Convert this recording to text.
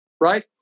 right